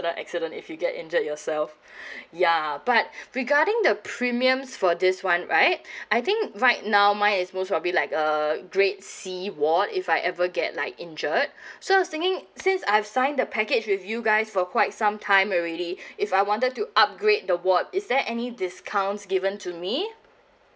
accident if you get injured yourself ya but regarding the premiums for this one right I think right now mine is most probably like a grade C ward if I ever get like injured so I was thinking since I've signed the package with you guys for quite some time already if I wanted to upgrade the ward is there any discounts given to me